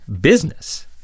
business